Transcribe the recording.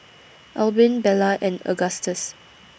Albin Bella and Agustus